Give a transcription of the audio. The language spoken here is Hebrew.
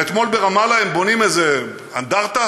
ואתמול ברמאללה הם בונים איזה אנדרטה